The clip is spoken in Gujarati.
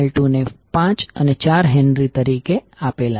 તેથી કોઇલ 1 માટે બે ટર્મિનલ અને કોઇલ 2 માટે 2 ટર્મિનલ